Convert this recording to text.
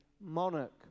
monarch